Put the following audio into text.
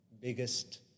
biggest